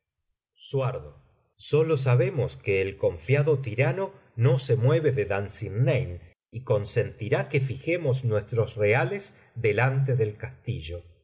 hará sólo sabemos que el confiado tirano no se mueve de dunsinane y consentirá que fijemos nuestros reales delante del castillo